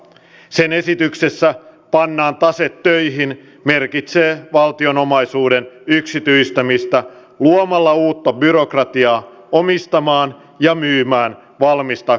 sen esityksessä pannaan tase töihin merkitsee valtion omaisuuden yksityistämistä luomalla uutta byrokratiaa omistamaan ja myymään valmista kansallisomaisuuttamme